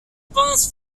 pense